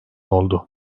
oldu